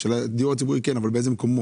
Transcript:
הדיור הציבורי אבל באיזה מקומות?